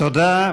תודה.